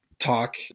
Talk